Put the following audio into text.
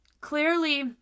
Clearly